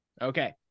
Okay